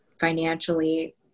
financially